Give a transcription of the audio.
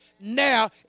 now